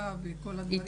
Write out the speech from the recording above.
בתעסוקה וכל הדברים,